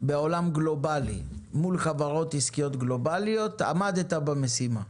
בעולם גלובלי מול חברות עסקיות גלובאליות אתה עמדת במשימה.